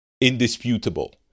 indisputable